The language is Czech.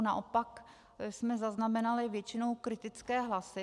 Naopak jsme zaznamenali většinou kritické hlasy.